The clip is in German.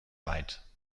weit